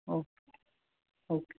okay okay